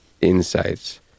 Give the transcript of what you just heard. insights